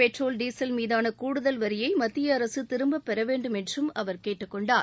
petrol diesel மீதான கூடுதல் வரியை மத்திய அரசு திரும்பப்பெற வேண்டும் என்றும் அவர் கேட்டுக்கொண்டார்